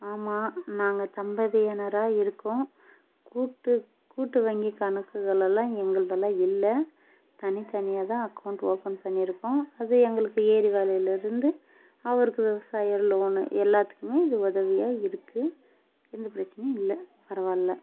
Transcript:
ஆமாம் நாங்கள் தம்பதியினராக இருக்கோம் கூட்டு கூட்டு வங்கிக் கணக்குகளலாம் எங்களுதெலாம் இல்லை தனி தனியாகதான் அக்கௌன்ட் ஓபன் பண்ணி இருக்கோம் அது எங்களுக்கு ஏறுகாலிலருந்து அவருக்கு விவசாயம் லோன் எல்லாத்துக்குமே இது உதவியாக இருக்கு எந்த பிரச்சனையும் இல்லை பரவாயில்ல